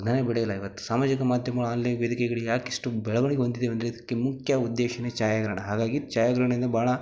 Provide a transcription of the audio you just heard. ಜ್ಞಾನ ಬೆಳೆಯಲ್ಲ ಇವತ್ತು ಸಾಮಾಜಿಕ ಮಾಧ್ಯಮಗಳು ಆನ್ಲೈನ್ ವೇದಿಕೆಗಳಿಗೆ ಯಾಕಿಷ್ಟು ಬೆಳವಣಿಗೆ ಹೊಂದಿದ್ದೇವೆ ಅಂದರೆ ಇದಕ್ಕೆ ಮುಖ್ಯ ಉದ್ದೇಶವೇ ಛಾಯಾಗ್ರಹಣ ಹಾಗಾಗಿ ಛಾಯಾಗ್ರಹಣದಿಂದ ಭಾಳ